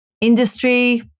industry